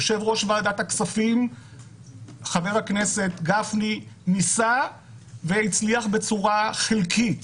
יושב-ראש ועדת הכספים חבר הכנסת גפני ניסה והצליח בצורה חלקית.